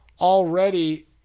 already –